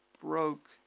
broke